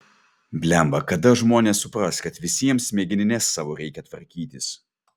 blemba kada žmonės supras kad visiems smegenines savo reikia tvarkytis